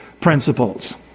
principles